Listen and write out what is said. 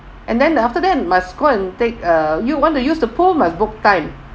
and then the after then must go and take uh you want to use the pool must book time